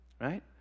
Right